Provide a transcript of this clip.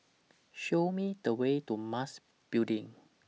Show Me The Way to Mas Building